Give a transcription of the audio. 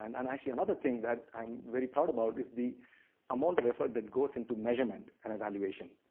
and and actually, another thing that i'm very proud about is the amount of effort that goes into measurement and evaluation.